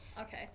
Okay